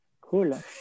cool